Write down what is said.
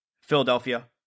Philadelphia